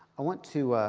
i want to